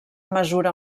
mesura